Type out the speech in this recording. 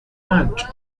out